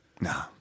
no